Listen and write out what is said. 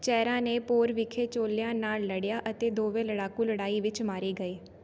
ਚੈਰਾ ਨੇ ਪੋਰ ਵਿਖੇ ਚੋਲਿਆਂ ਨਾਲ ਲੜਿਆ ਅਤੇ ਦੋਵੇਂ ਲੜਾਕੂ ਲੜਾਈ ਵਿੱਚ ਮਾਰੇ ਗਏ